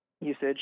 usage